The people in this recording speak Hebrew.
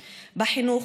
בחינוך,